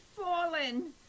fallen